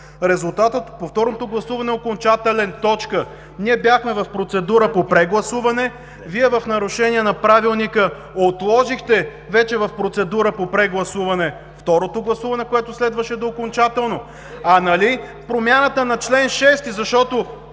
Резултатът от повторното гласуване е окончателен.“ Ние бяхме в процедура по прегласуване, а Вие, в нарушение на Правилника, отложихте вече в процедура по прегласуване второто гласуване, което следваше да е окончателно. А нали промяната на чл. 6 – защото